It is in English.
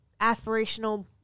aspirational